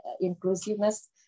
inclusiveness